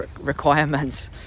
requirements